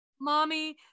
Mommy